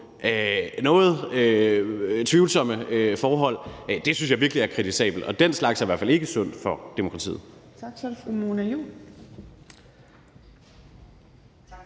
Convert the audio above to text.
nogle tvivlsomme forhold, virkelig foretog sig noget kritisabelt. Den slags er i hvert fald ikke sundt for demokratiet.